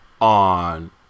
on